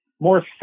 more